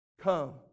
come